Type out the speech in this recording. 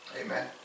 Amen